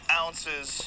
ounces